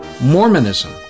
Mormonism –